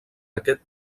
aquest